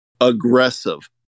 aggressive